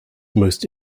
most